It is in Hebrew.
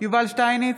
יובל שטייניץ,